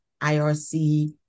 IRC